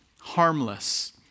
harmless